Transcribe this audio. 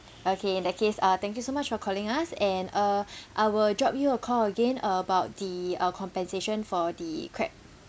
okay in that case uh thank you so much for calling us and uh I will drop you a call again about the uh compensation for the crab